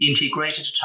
integrated